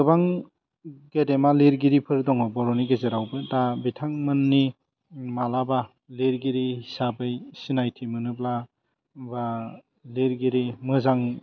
गोबां गेदेमा लिरगिरिफोर दङ बर'नि गेजेरावबो दा बिथांमोननि मालाबा लिरगिरि हिसाबै सिनायथि मोनोबा बा लिरगिरि मोजां